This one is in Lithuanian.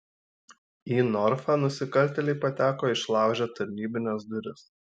į norfą nusikaltėliai pateko išlaužę tarnybines duris